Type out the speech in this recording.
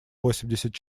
восемьдесят